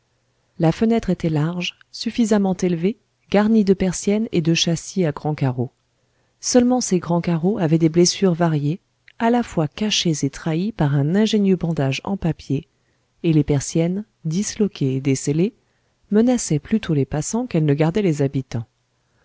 la fenêtre était large suffisamment élevée garnie de persiennes et de châssis à grands carreaux seulement ces grands carreaux avaient des blessures variées à la fois cachées et trahies par un ingénieux bandage en papier et les persiennes disloquées et descellées menaçaient plutôt les passants qu'elles ne gardaient les habitants